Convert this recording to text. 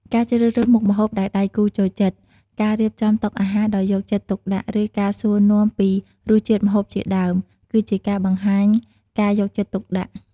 ការជ្រើសរើសមុខម្ហូបដែលដៃគូចូលចិត្ត ការរៀបចំតុអាហារដោយយកចិត្តទុកដាក់ ឬការសួរនាំពីរសជាតិម្ហូបជាដើម គឺជាការបង្ហាញការយកចិត្តទុកដាក់។